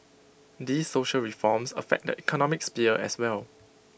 these social reforms affect the economic sphere as well